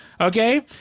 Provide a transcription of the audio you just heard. Okay